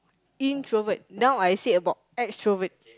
introvert now I say about extrovert